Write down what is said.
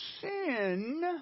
sin